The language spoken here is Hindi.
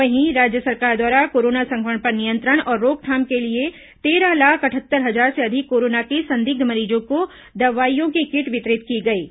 वहीं राज्य सरकार द्वारा कोरोना संक्रमण पर नियंत्रण और रोकथाम के लिए तेरह लाख अठहत्तर हजार से अधिक कोरोना के संदिग्ध मरीजों को दवाइयों की किट वितरित की गई है